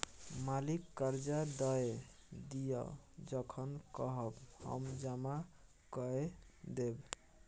मालिक करजा दए दिअ जखन कहब हम जमा कए देब